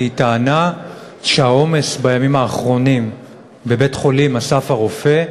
היא טענה שהעומס בימים האחרונים בבית-החולים "אסף הרופא"